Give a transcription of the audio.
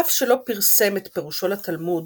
אף שלא פרסם את פירושו לתלמוד,